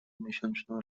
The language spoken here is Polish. miesięczną